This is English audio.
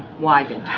why